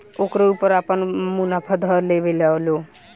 ओकरे ऊपर आपन मुनाफा ध लेवेला लो